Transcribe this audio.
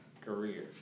career